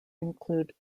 include